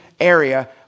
area